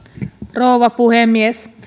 rouva puhemies